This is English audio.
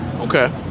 Okay